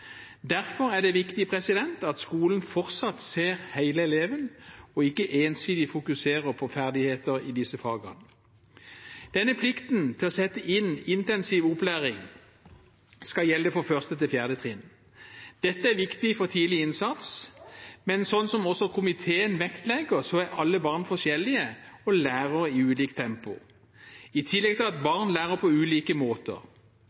Derfor er det viktig at skolen fortsatt ser hele eleven, og ikke ensidig fokuserer på ferdigheter i de nevnte fagene. Plikten til å sette inn intensiv opplæring skal gjelde for 1. til 4. trinn. Dette er viktig for tidlig innsats, men som også komiteen vektlegger, er alle barn forskjellige og lærer i ulikt tempo, i tillegg til at barn lærer på ulike måter.